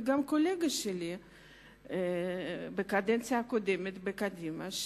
וגם קולגה שלי בקדנציה הקודמת בקדימה,